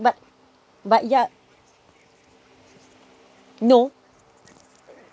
but but yeah no